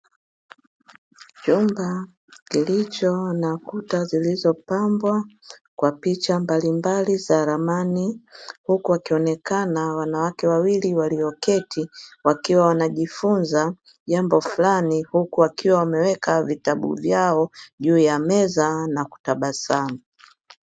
Chumba kilicho na kuta zilizopambwa kwa picha mbalimbali za ramani huku wakionekana wanawake wawili walioketi wakiwa wanajifunza jambo fulani wakiwa wameweka vitabu vyao juu ya meza na kutabasamu.